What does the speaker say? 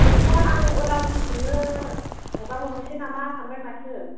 बेनोथ' आं उदालगुरिथिंनो हगारहरनोसै नामा सानबाय माथो